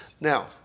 Now